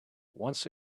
once